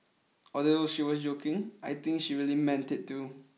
although she was joking I think she really meant it too